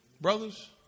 brothers